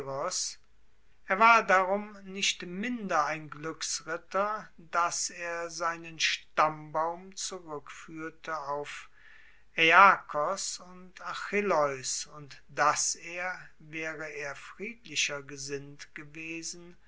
er war darum nicht minder ein gluecksritter dass er seinen stammbaum zurueckfuehrte auf aeakos und achilleus und dass er waere er friedlicher gesinnt gewesen